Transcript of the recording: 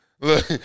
Look